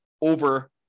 over